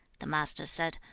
the master said,